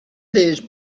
these